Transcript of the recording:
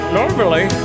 normally